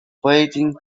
waiting